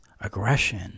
aggression